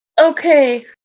Okay